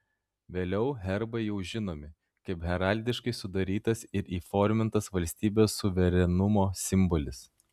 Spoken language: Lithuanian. vėliau herbai jau žinomi kaip heraldiškai sudarytas ir įformintas valstybės suverenumo simbolis